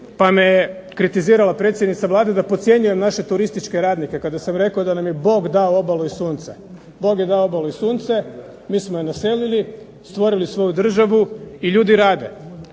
pa me kritizirala predsjednica Vlade da podcjenjujem naše turističke radnike, kada sam rekao da nam je Bog dao obalu i sunce. Bog je dao obalu i sunce, mi smo je naselili, stvorili svoju državu i ljudi rade.